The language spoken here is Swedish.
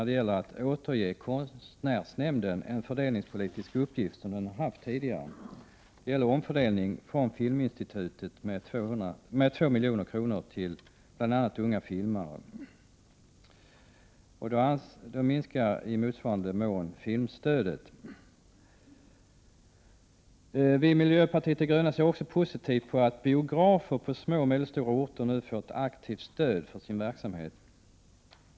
Det gäller alltså att återge konstnärsnämnden en fördelningspolitisk uppgift som den har haft tidigare. Det rör sig om en omfördelning från Filminstitutet till bl.a. unga filmare, och beloppet uppgår till 2 milj.kr. Därmed minskar man i motsvarande mån filmstödet. Inom miljöpartiet de gröna ser vi också positivt på att biografer på små och medelstora orter nu får ett aktivt stöd för sin verksamhet.